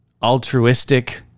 Altruistic